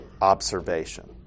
observation